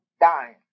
dying